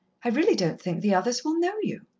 i really don't think the others will know you.